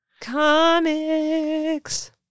Comics